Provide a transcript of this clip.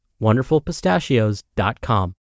wonderfulpistachios.com